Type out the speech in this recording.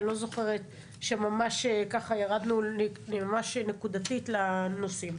אני לא זוכרת שממש ככה ירדנו ממש נקודתית לנושאים.